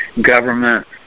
government